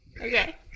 Okay